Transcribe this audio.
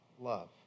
Love